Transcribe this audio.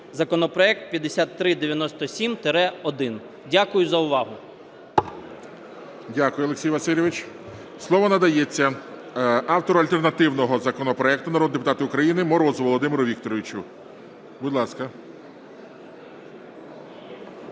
законопроект 5397-1. Дякую за увагу. ГОЛОВУЮЧИЙ. Дякую, Олексій Васильович. Слово надається автору альтернативного законопроекту народному депутату України Морозу Володимиру Вікторовичу. Будь ласка.